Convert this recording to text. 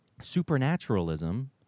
supernaturalism